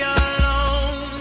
alone